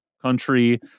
country